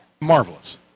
marvelous